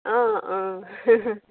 অঁ অঁ